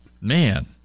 Man